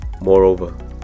moreover